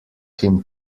him